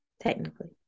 technically